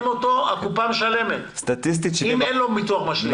הקופה משלמת אם אין לו ביטוח משלים.